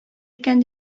икән